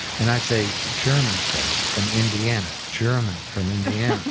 and i'd say, german, freddie, from indiana, german from indiana.